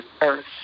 earth